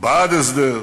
בעד הסדר,